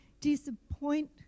disappoint